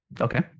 Okay